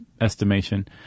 estimation